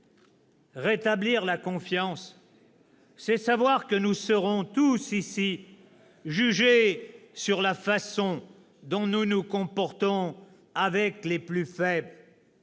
Rétablir la confiance, c'est savoir que nous serons tous ici jugés sur la façon dont nous nous comportons avec les plus faibles,